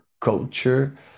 culture